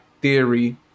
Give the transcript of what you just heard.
theory